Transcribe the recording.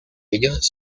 ellos